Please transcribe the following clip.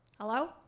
Hello